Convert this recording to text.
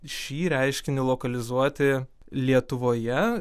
šį reiškinį lokalizuoti lietuvoje